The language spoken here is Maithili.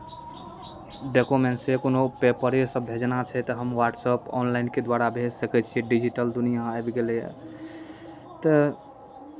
डॉक्यूमेन्ट्से कोनो पेपरेसभ भेजना छै तऽ हम व्हाट्सअप ऑनलाइनके द्वारा भेज सकै छियै डिजिटल दुनिआँ आबि गेलैए तऽ